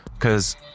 Cause